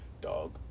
dog